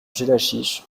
jellachich